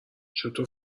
چطور